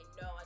no